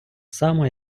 само